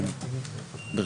אני יהלי רוטנברג, החשב הכללי.